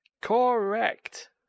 Correct